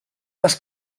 les